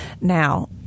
Now